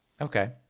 Okay